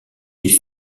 des